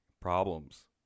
problems